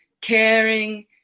caring